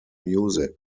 music